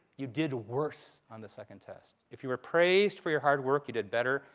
you did worse on the second test. if you were praised for your hard work, you did better.